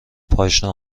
پاشنه